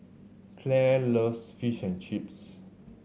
Clair loves Fish and Chips